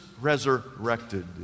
resurrected